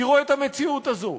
תראו את המציאות הזאת,